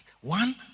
One